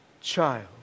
child